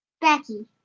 Becky